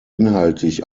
inhaltlich